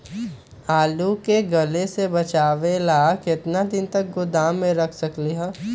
आलू के गले से बचाबे ला कितना दिन तक गोदाम में रख सकली ह?